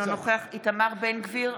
אינו נוכח איתמר בן גביר,